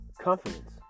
confidence